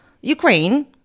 Ukraine